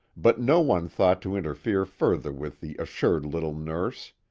but no one thought to interfere further with the assured little nurse.